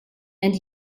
and